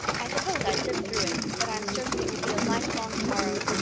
i suppose i'd live through it, but i'm certain it would be a lifelong sorrow.